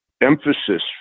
emphasis